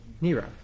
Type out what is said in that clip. Nero